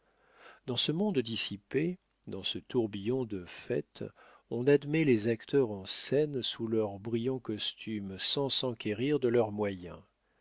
dans ce monde dissipé dans ce tourbillon de fêtes on admet les acteurs en scène sous leurs brillants costumes sans s'enquérir de leurs moyens